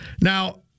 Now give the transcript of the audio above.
Now